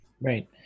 Right